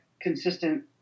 consistent